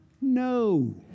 No